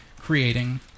creating